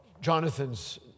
Jonathan's